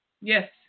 Yes